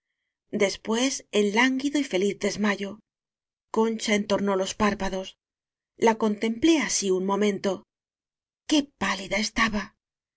después en lánguido y feliz desmayo concha entornó los párpados la contem plé así un momento qué pálida estaba